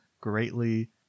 greatly